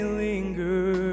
linger